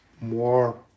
more